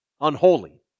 Unholy